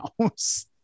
house